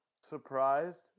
surprised